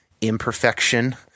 imperfection